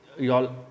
y'all